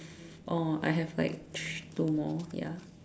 oh I have like thr~ two more ya